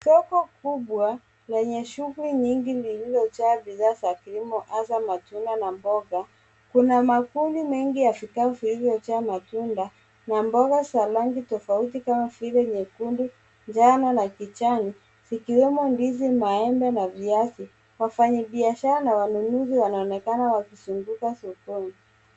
Soko kubwa lenye shughuli nyingi lililojaa bidhaa za kilimo hasa matunda na mboga. Kuna mwavuli mengi ya vikapu vilivyojaa matunda na mboga za rangi tofauti kama vile nyekundu, njano na kijani zikiwemo ndizi, maembe na viazi. Wafanyibiashara na wanunuzi wanaonekana wakizunguka sokoni.